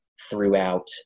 throughout